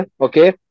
okay